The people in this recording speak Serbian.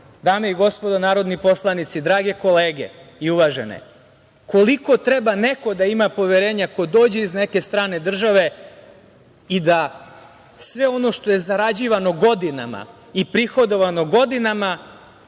dame i gospodo narodni poslanici, drage i uvažene kolege, koliko treba neko da ima poverenja ko dođe iz neke strane države i da sve ono što je zarađivano i prihodovano godinama